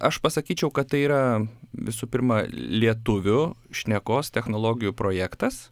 aš pasakyčiau kad tai yra visų pirma lietuvių šnekos technologijų projektas